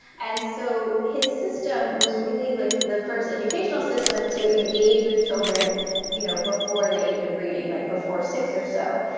and so his system was really like the first educational system to engage with children you know before the age of reading, like before six or so.